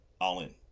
all-in